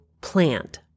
plant